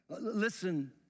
Listen